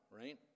right